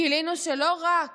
גילינו שלא רק